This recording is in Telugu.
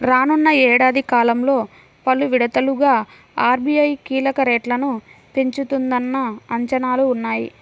రానున్న ఏడాది కాలంలో పలు విడతలుగా ఆర్.బీ.ఐ కీలక రేట్లను పెంచుతుందన్న అంచనాలు ఉన్నాయి